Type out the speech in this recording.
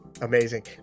amazing